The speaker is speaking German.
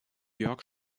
jörg